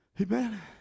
Amen